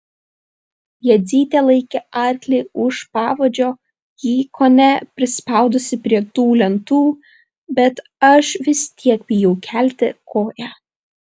jadzytė laikė arklį už pavadžio jį kone prispaudusi prie tų lentų bet aš vis tiek bijau kelti koją